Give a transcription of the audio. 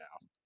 now